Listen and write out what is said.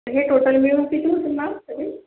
हे टोटल मिळून किती होतील मॅम सगळी